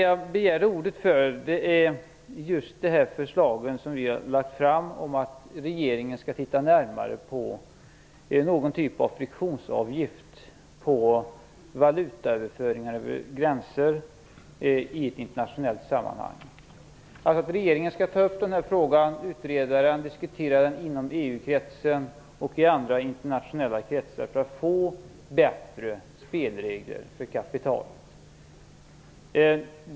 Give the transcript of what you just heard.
Jag begärde ordet för att tala om de förslag som vi har lagt fram om att regeringen skall titta närmare på någon typ av "friktionsavgift" på valutaöverföringar över gränser i ett internationellt sammanhang. Vi vill att regeringen skall ta upp den här frågan, utreda den, diskutera den inom EU-kretsen och i andra internationella kretsar för att få bättre spelregler för kapitalet.